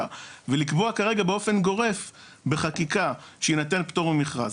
ולקבוע כרגע באופן גורף בחקיקה שיינתן פטור ממכרז.